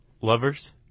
Lovers